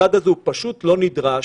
לא נדרש.